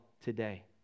today